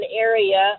area